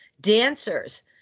Dancers